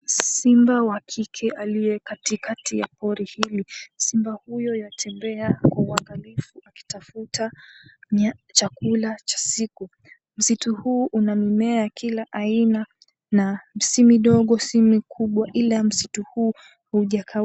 Simba wa kike aliyekatikati ya pori hili, simba huyo yuwatembea kwa ungalifu akitafuta chakula cha siku, msitu huu una mmea ya kila aina na si midogo si mikubwa ila msitu huu hujakauka.